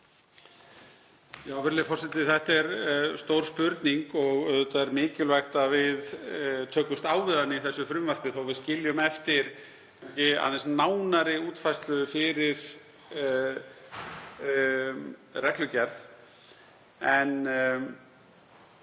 Virðulegi forseti. Þetta er stór spurning og auðvitað er mikilvægt að við tökumst á við hana í þessu frumvarpi þó að við skiljum eftir aðeins nánari útfærslu fyrir reglugerð.